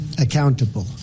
accountable